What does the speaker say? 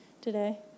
today